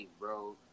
bro